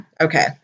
Okay